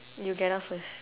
you get out first